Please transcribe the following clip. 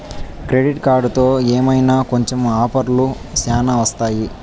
credit కార్డుతో ఏమైనా కొంటె ఆఫర్లు శ్యానా వత్తాయి